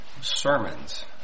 sermons